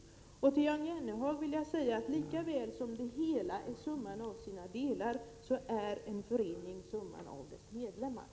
Till Jan Jennehag vill jag säga att lika väl som det hela är summan av sina delar, är en förening summan av sina medlemmar.